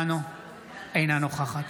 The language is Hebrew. אינו משתתף בהצבעה מיכל שיר סגמן, אינה נוכחת